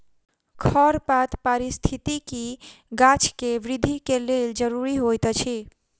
खरपात पारिस्थितिकी गाछ के वृद्धि के लेल ज़रूरी होइत अछि